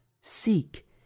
Seek